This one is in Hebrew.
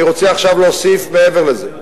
אני רוצה עכשיו להוסיף מעבר לזה.